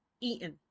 eaten